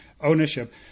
ownership